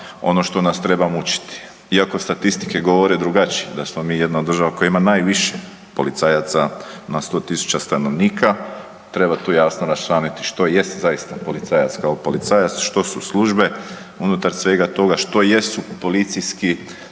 ono što nas treba mučiti. Iako statistike govore drugačije, da smo mi jedna od država koja ima najviše policajaca na 100 tisuća stanovnika. Treba tu jasno raščlaniti što jest zaista policajac kao policajac, što su službe unutar svega toga, što jesu policijski